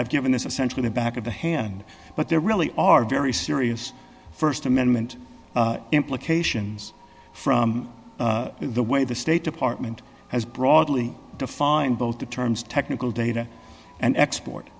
have given this essentially the back of the hand but there really are very serious st amendment implications from the way the state department has broadly defined both the terms technical data and export